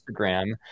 Instagram